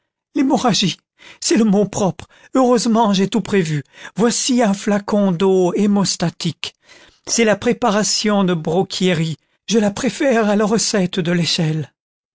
l'hémorrhagie c'est le mot propre heureusement j'ai tout prévu voici un flacon d'eau hémostatique c'est la préparation de brocchieri je la préfère à la recette de léchelle